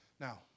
Now